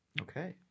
Okay